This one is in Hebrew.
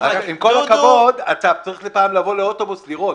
עם כל הכבוד, אתה צריך פעם לבוא לאוטובוס לראות,